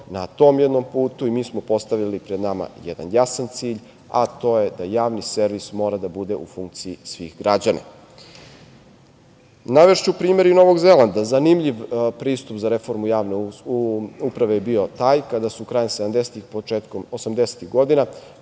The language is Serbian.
na tom jednom putu i mi smo postavili pred nama jedan jasan cilj, a to je da javni servis mora da bude u funkciji svih građana. Navešću primere i Novog Zelanda. Zanimljiv pristup za reformu javne uprave je bio taj kada su krajem sedamdesetih